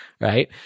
right